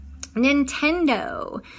Nintendo